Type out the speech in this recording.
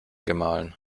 gemahlen